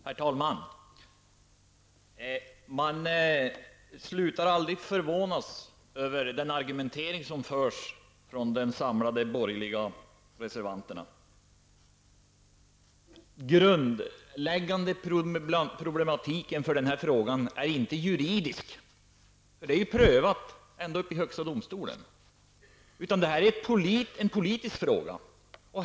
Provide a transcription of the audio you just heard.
Herr talman! Man slutar aldrig att förvånas över den argumentering som förs i den samlade borgerlighetens reservationer. Det grundläggande problemet i denna fråga är inte juridiskt, för det är prövat ända upp i högsta domstol. Det här är en politisk fråga.